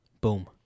Boom